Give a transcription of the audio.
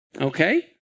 Okay